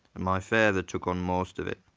and my father took on most of it,